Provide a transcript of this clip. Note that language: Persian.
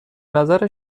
نظر